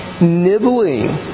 nibbling